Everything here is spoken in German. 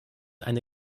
eine